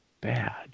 bad